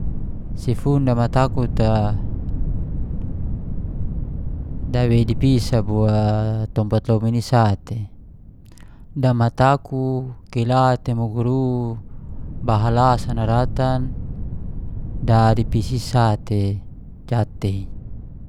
Si fun damatakut a, dawei di pis a bua tompat lomin i sate. Damatakut kila te muguru bahala sa naratan da di pisit i sate jatei